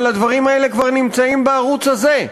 אבל הדברים האלה כבר נמצאים בערוץ הזה.